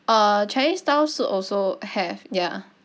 uh chinese style soup also have ya